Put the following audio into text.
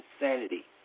insanity